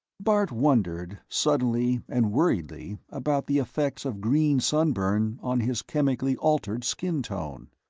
bart wondered, suddenly and worriedly, about the effects of green sunburn on his chemically altered skin tone.